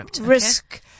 risk